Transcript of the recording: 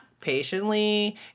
Patiently